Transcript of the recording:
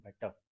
better